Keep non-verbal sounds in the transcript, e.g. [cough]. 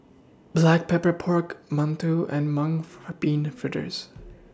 Black Pepper Pork mantou and Mung [noise] Bean Fritters